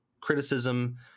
criticism